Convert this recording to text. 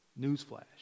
Newsflash